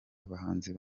abahanzi